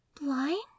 blind